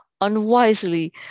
unwisely